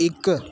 ਇੱਕ